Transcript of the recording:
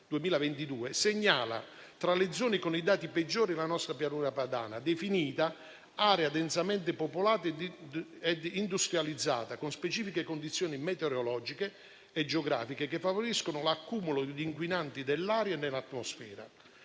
2022, segnala tra le zone con i dati peggiori la nostra Pianura padana, definita area densamente popolata e industrializzata, con specifiche condizioni meteorologiche e geografiche che favoriscono l'accumulo di inquinanti dell'aria e nell'atmosfera.